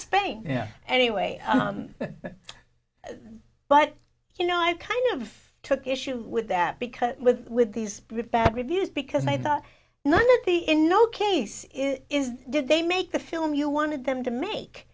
spain yeah anyway but you know i kind of took issue with that because with these bad reviews because i thought none of the in no case is did they make the film you wanted them to make